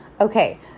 Okay